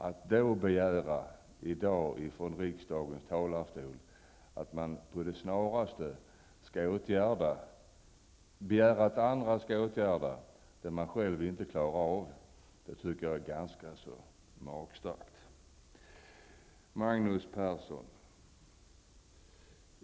Att i dag begära från riksdagens talarstol att andra med det snaraste skall åtgärda det man själv inte klarade av, tycker jag är ganska magstarkt. Magnus Persson.